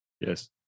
Yes